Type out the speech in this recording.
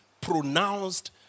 pronounced